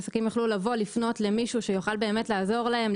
עסקים יוכלו לפנות למישהו שיוכל באמת לעזור להם,